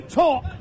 talk